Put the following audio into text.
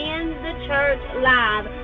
InTheChurchLive